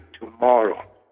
tomorrow